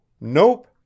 Nope